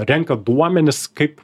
renka duomenis kaip